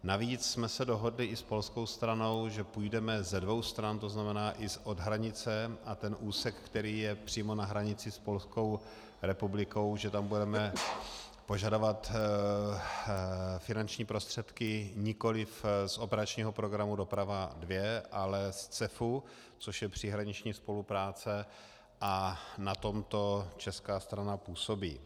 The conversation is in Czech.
Navíc jsme se dohodli i s polskou stranou, že půjdeme ze dvou stran, to znamená i od hranice a úsek, který je přímo na hranici s Polskou republikou, že tam budeme požadovat finanční prostředky nikoliv z operačního programu Doprava II, ale z CEFu, což je příhraniční spolupráce, a na tomto česká strana působí.